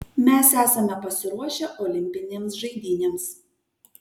mes esame pasiruošę olimpinėms žaidynėms